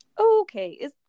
okay